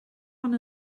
ond